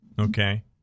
Okay